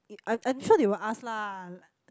it I'm I'm sure they will ask lah